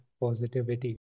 positivity